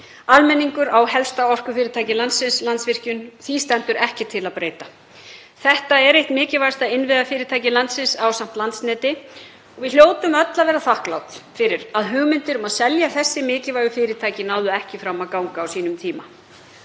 Almenningur á helsta orkufyrirtæki landsins, Landsvirkjun, og því stendur ekki til að breyta. Þetta er eitt mikilvægasta innviðafyrirtæki landsins ásamt Landsneti og við hljótum öll að vera þakklát fyrir að hugmyndir um að selja þessi mikilvægu fyrirtæki náðu ekki fram að ganga á sínum tíma.